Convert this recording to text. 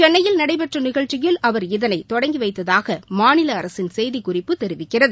சென்னையில் நடைபெற்ற நிகழ்ச்சியில் அவர் இதனைத் தொடங்கி வைத்ததாக மாநில அரசின் செய்திக்குறிப்பு தெரிவிக்கிறது